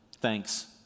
thanks